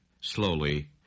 slowly